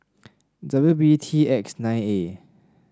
W B T X nine A